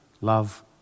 love